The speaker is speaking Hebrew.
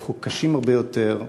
הפכו קשים הרבה יותר.